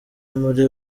muri